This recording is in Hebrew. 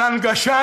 על הנגשת